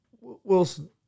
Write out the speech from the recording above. Wilson